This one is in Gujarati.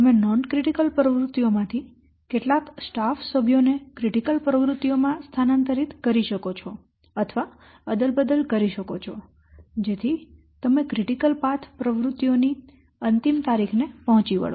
તમે બિન ક્રિટિકલ પ્રવૃત્તિઓમાંથી કેટલાક સ્ટાફ સભ્યોને ક્રિટિકલ પ્રવૃત્તિઓમાં સ્થાનાંતરિત કરી શકો છો અથવા અદલાબદલ કરી શકો છો જેથી તમે ક્રિટિકલ પાથ પ્રવૃત્તિઓની અંતિમ તારીખને પહોંચી વળો